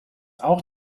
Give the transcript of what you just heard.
auch